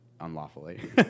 unlawfully